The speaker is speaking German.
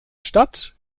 stadt